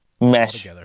mesh